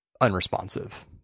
unresponsive